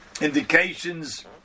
indications